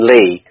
Lee